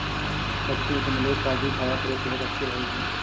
बच्चों, तुमलोग काजू खाया करो सेहत अच्छी रहेगी